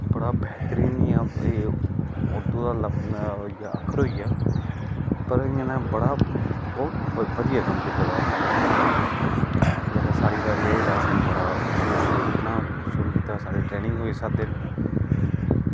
बड़ा बेहतरीन एह् उर्दू दा अक्खर होइया पर इंया में अपने कशा बहुत बधिया कम्म कीते दा जेल्लै साढ़ी बारी आई ते असें उसी बड़ा दिक्खना शुरू कीता साढ़ी ट्रैनिंग होई सत्त दिन